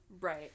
Right